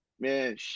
Man